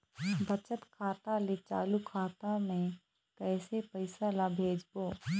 बचत खाता ले चालू खाता मे कैसे पैसा ला भेजबो?